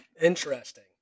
Interesting